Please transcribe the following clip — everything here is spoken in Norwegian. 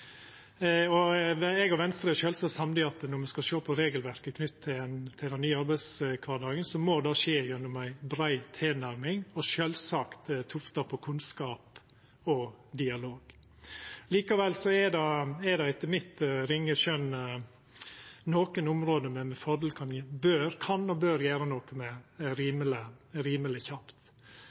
Eg og Venstre er sjølvsagt samde i at når me skal sjå på regelverket knytt til den nye arbeidskvardagen, må det skje gjennom ei brei tilnærming og sjølvsagt vera tufta på kunnskap og dialog. Likevel er det etter mitt ringe skjøn nokre område me med fordel kan og bør gjera noko med rimeleg kjapt.